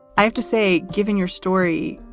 i have to say, given your story.